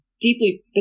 deeply